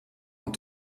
here